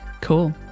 Cool